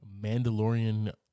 Mandalorian